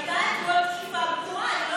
הייתה אתמול תקיפה פרועה.